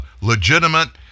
legitimate